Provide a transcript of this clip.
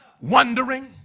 wondering